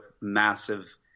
massive